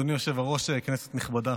אדוני היושב-ראש, כנסת נכבדה,